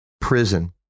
prison